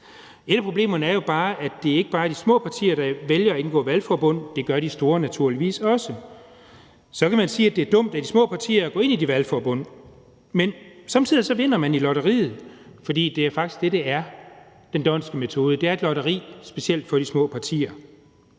Et af problemerne er jo bare, at det ikke bare er de små partier, der vælger at indgå valgforbund; det gør de store naturligvis også. Så kan man sige, at det er dumt af de små partier at gå ind i de valgforbund, men somme tider vinder man i lotteriet, for det er faktisk det, det er. Den d'Hondtske metode er et lotteri, specielt for de små partier.